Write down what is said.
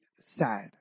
sad